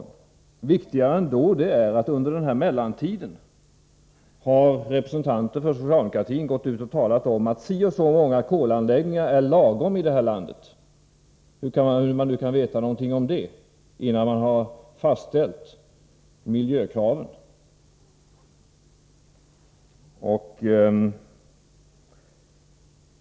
Men ännu viktigare är att under mellantiden har representanter för socialdemokratin gått ut och sagt att si och så många kolanläggningar är lagom i detta land — hur man nu kan veta någonting om det innan miljökraven har fastställts.